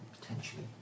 Potentially